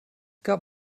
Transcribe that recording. gab